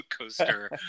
coaster